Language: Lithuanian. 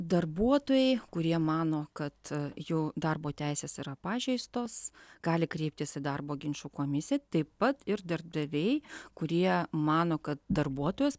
darbuotojai kurie mano kad jų darbo teisės yra pažeistos gali kreiptis į darbo ginčų komisiją taip pat ir darbdaviai kurie mano kad darbuotojas